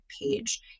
page